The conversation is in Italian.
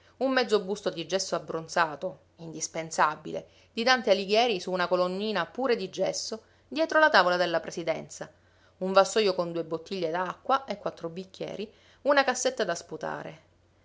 un mezzobusto di gesso abbronzato indispensabile di dante alighieri su una colonnina pure di gesso dietro la tavola della presidenza un vassojo con due bottiglie da acqua e quattro bicchieri una cassetta da sputare